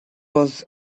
was